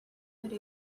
could